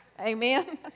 Amen